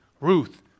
Ruth